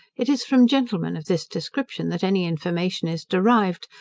it is from gentlemen of this description that any information is derived,